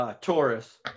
Taurus